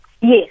Yes